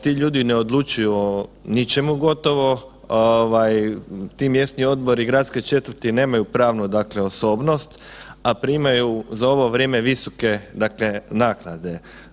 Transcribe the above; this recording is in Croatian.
Ti ljudi ne odlučuju o ničemu gotovo ovaj ti mjesni odbori i gradske četvrti nemaju pravnu dakle osobnost, a primaju za ovo vrijeme visoke dakle naknade.